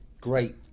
Great